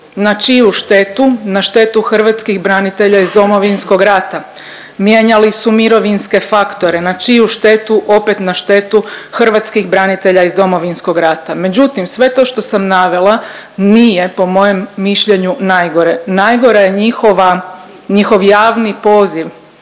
Na čiju štetu? Na štetu hrvatskih branitelja iz Domovinskog rata, mijenjali su mirovinske faktore. Na čiju štetu? Opet na štetu hrvatskih branitelja iz Domovinskog rata. Međutim sve to što sam navela nije po mojem mišljenju najgore. Najgora je njihova, njihov